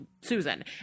Susan